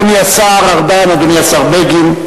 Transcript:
חברי הכנסת, אדוני השר ארדן, אדוני השר בגין,